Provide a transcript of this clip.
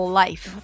life